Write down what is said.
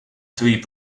three